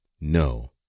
no